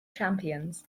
champions